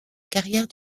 carrière